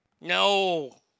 No